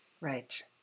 Right